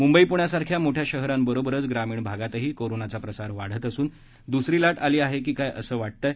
मुंबई पुण्यासारख्या मोठ्या शहरांबरोबरच ग्रामीण भागातही कोरोनाचा प्रसार वाढत असून दुसरी लाट आली आहे की काय असं वाटत आहे